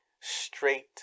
straight